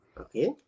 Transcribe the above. okay